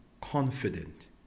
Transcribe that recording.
confident